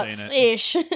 ish